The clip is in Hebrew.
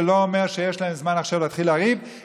זה לא אומר שיש להם זמן עכשיו להתחיל לריב.